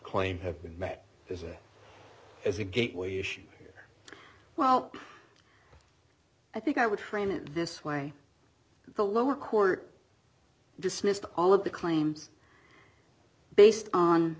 claim have been met as a as a gateway issue well i think i would train it this way the lower court dismissed all of the claims based on